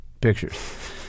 pictures